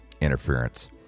interference